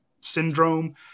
syndrome